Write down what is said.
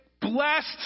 blessed